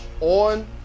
on